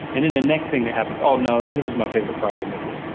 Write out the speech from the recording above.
and then the next thing that happens, oh no this is my favorite part of the movie.